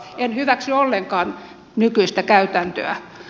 en hyväksy ollenkaan nykyistä käytäntöä